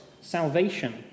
salvation